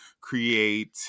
create